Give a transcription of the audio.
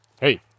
Hey